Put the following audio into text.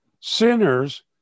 sinners